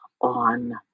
on